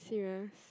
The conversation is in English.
serious